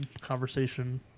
conversation